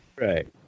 Right